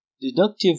deductive